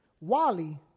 Wally